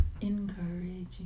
Encouraging